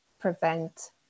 prevent